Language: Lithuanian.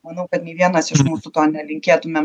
manau kad nei vienas iš mūsų to nelinkėtumėm